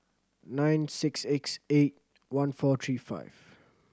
nine six X eight one four three five